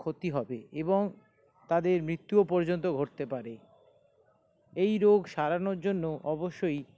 ক্ষতি হবে এবং তাদের মৃত্যুও পর্যন্ত ঘটতে পারে এই রোগ সারানোর জন্য অবশ্যই